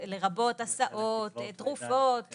לרבות הסעות, תרופות וכו'.